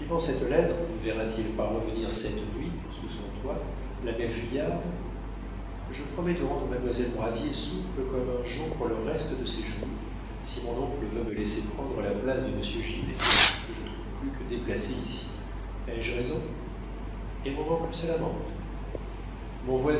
cette lettre ne verra t il pas revenir cette nuit sous son toit la belle fuyarde je promets de rendre mademoiselle brazier souple comme un jonc pour le reste de ses jours si mon oncle veut me laisser prendre la place de monsieur gilet que je trouve plus que déplacé ici ai-je raison et mon oncle se lamente mon voisin